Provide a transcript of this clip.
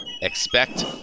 expect